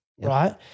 right